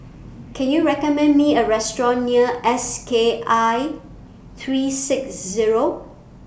Can YOU recommend Me A Restaurant near S K I three six Zero